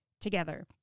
together